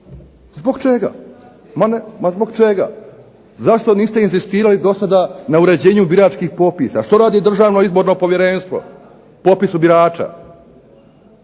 Zbog čega? Ma zbog čega? Zašto niste inzistirali do sada na uređenju biračkih popisa? Što radi Državno izborno povjerenstvo u popisu birača?